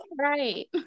right